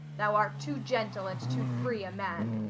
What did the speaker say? thou art too gentle and too free a man.